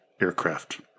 aircraft